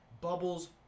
bubbles